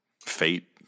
fate